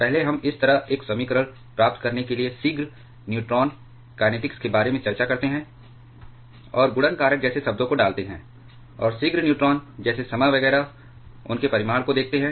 पहले हम इस तरह एक समीकरण प्राप्त करने के लिए शीघ्र न्यूट्रॉन कैनेटीक्स के बारे में चर्चा करते हैं और गुणन कारक जैसे शब्दों को डालते हैं और शीघ्र न्यूट्रॉन जैसे समय वगैरह उनके परिमाण को देखते हैं